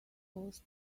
both